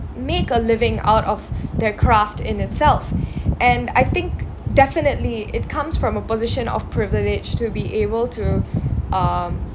make a living out of their craft in itself and I think definitely it comes from a position of privilege to be able to um